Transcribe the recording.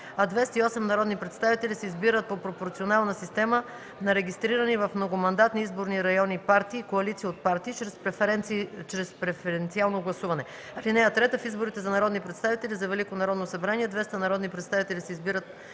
и осем народни представители се избират по пропорционална система на регистрирани в многомандатни изборни райони партии и коалиции от партии чрез преференциално гласуване. (3) В изборите за народни представители за Велико народно събрание двеста